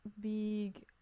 big